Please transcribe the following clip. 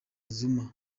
zuma